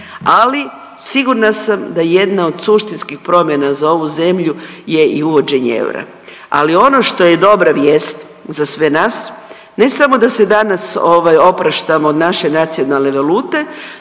ali sigurna sam da jedna od suštinskih promjena za ovu zemlju je i uvođenje eura. Ali ono što je dobra vijest za sve nas, ne samo da se danas ovaj opraštamo od naše nacionalne valute